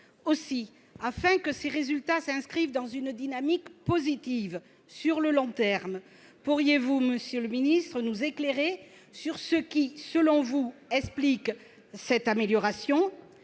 Aussi, afin que ces résultats s'inscrivent dans une dynamique positive sur le long terme, pourriez-vous, monsieur le ministre, nous éclairer sur ce qui, selon vous, explique cette amélioration ?